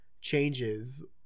changes